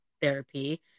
therapy